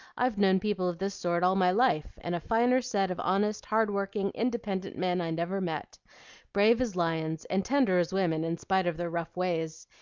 i've known people of this sort all my life and a finer set of honest, hardworking, independent men i never met brave as lions and tender as women in spite of their rough ways,